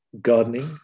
gardening